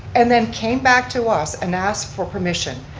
and then came back to us and asked for permission.